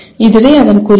இதுவே அதன் குறிக்கோள்